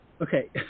Okay